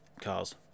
cars